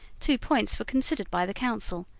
two points were considered by the council,